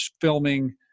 filming